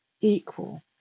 equal